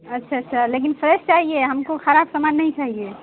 اچھا اچھا لیکن فریش چاہیے ہم کو خراب سامان نہیں چاہیے